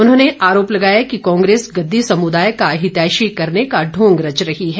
उन्होंने आरोप लगाया कि कांग्रेस गददी समुदाय का हितैषी करने का ढोंग रच रही है